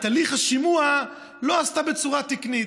את הליך השימוע לא עשתה בצורה תקנית,